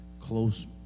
close